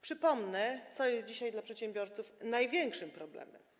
Przypomnę, co dzisiaj jest dla przedsiębiorców największym problemem.